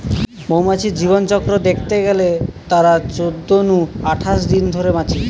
মৌমাছির জীবনচক্র দ্যাখতে গেলে তারা চোদ্দ নু আঠাশ দিন ধরে বাঁচে